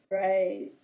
Right